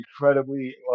incredibly